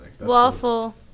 Waffle